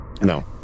no